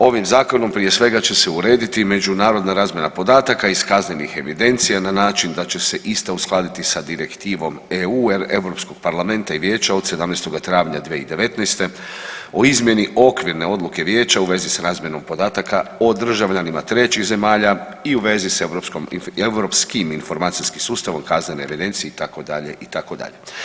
Ovim zakonom prije svega će se urediti međunarodna razmjena podataka iz kaznenih evidencija na način da će se ista uskladiti sa Direktivom EU Europskog parlamenta i Vijeća od 17. travnja 2019. o izmjeni okvirne odluke Vijeća u vezi s razmjenom podataka o državljanima trećih zemalja i u vezi s Europskim informacijskim sustavom kaznene evidencije itd. itd.